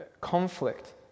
Conflict